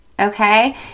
Okay